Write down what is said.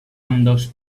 ambdós